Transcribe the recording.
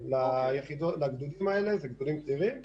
אלה גדודים סדירים,